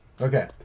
okay